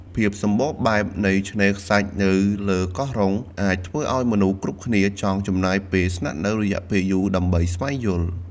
ភាពសម្បូរបែបនៃឆ្នេរខ្សាច់នៅលើកោះរ៉ុង អាចធ្វើឲ្យមនុស្សគ្រប់គ្នាចង់ចំណាយពេលស្នាក់នៅរយៈពេលយូរដើម្បីស្វែងយល់។